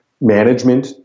management